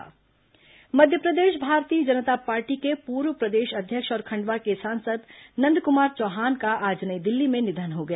नंदकुमार चौहान निधन मध्यप्रदेश भारतीय जनता पार्टी के पूर्व प्रदेश अध्यक्ष और खंडवा के सांसद नंदकुमार चौहान का आज नई दिल्ली में निधन हो गया